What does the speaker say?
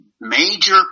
major